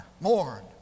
mourn